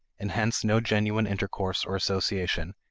and hence no genuine intercourse or association,